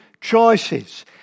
choices